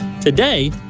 Today